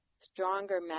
stronger